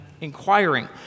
inquiring